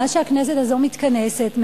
מאז מתכנסת הכנסת הזו,